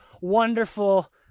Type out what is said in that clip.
wonderful